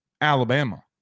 Alabama